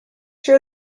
sure